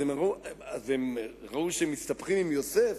הם ראו שהם מסתבכים עם יוסף,